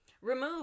Remove